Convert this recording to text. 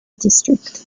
district